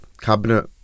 cabinet